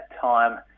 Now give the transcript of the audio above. time